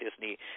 disney